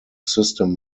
system